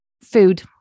food